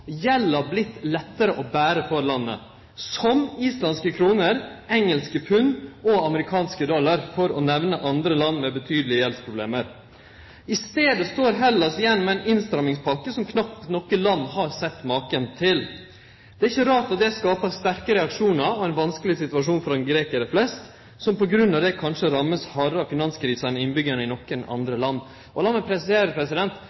lettare å bere for landet – som islandske kroner, britiske pund og amerikanske dollar, for å nemne andre land med betydelege gjeldsproblem. I staden står Hellas igjen med ei innstrammingspakke som knapt noko land har sett maken til. Det er ikkje rart at det skapar sterke reaksjonar og ein vanskeleg situasjon for grekarane flest, som på grunn av det kanskje vert ramma hardare av finanskrisa enn innbyggjarane i